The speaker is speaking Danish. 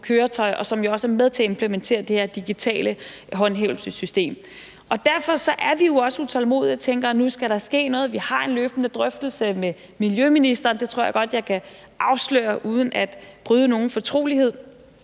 køretøjer, og som også er med til at implementere det her digitale håndhævelsessystem. Og derfor er vi jo også utålmodige og tænker, at nu skal der ske noget. Vi har en løbende drøftelse med miljøministeren. Det tror jeg godt jeg kan afsløre uden at bryde nogen fortrolighed.